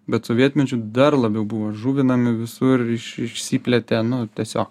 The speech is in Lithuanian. bet sovietmečiu dar labiau buvo žuvinami visur iš išsiplėtė nu tiesiog